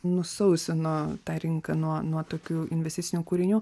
nusausino tą rinką nuo nuo tokių investicinių kūrinių